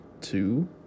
two